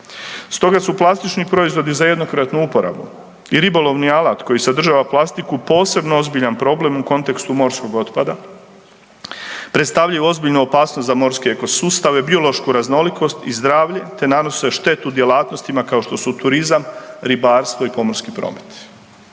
Stoga su plastični proizvodi za jednokratnu uporabu i ribolovni alat koji sadržava plastiku posebno ozbiljan problem u kontekstu morskog otpada. Predstavljaju ozbiljnu opasnost za morske ekosustave, biološku raznolikost i zdravlje te nanose štetu djelatnostima kao što su turizam, ribarstvo i pomorski promet.